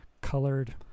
colored